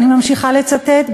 אני ממשיכה לצטט,